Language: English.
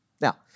Now